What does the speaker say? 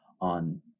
on